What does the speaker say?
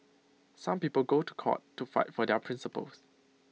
some people go to court to fight for their principles